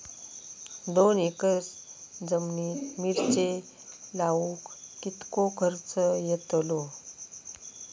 दोन एकर जमिनीत मिरचे लाऊक कितको खर्च यातलो?